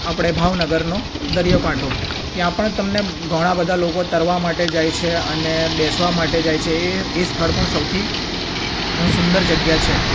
આપણે ભાવનગરનો દરિયોકાંઠો ત્યાં પણ તમને ઘણા બધા લોકો તરવા માટે જાય છે અને બેસવા માટે જાય છે એ સ્થળ પણ સૌથી સુંદર જગ્યા છે